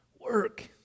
work